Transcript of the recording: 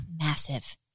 massive